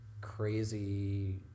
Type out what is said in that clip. crazy